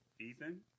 Ethan